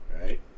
Right